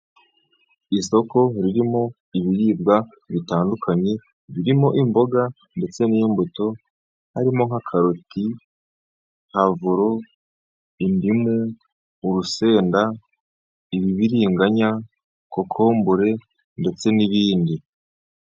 Isoko ririmo ibiribwa bitandukanye, birimo imboga ndetse n'imbuto, harimo nk'akaroti, puwavuro, indimu, urusenda, ibiringanya, kokombure ndetse n'ibindi.